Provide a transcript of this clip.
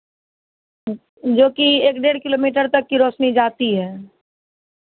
जो कि एक डेढ़ किलोमीटर तक की रोशनी जाती है